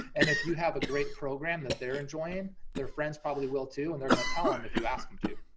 and if you have a great program that they're enjoying, their friends probably will too, and they're gonna tell them if you ask them to.